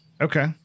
okay